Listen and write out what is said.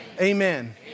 Amen